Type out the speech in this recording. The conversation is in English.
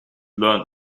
learned